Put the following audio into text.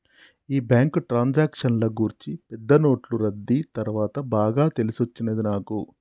ఈ బ్యాంకు ట్రాన్సాక్షన్ల గూర్చి పెద్ద నోట్లు రద్దీ తర్వాత బాగా తెలిసొచ్చినది నాకు